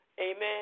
Amen